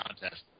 contest